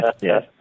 Yes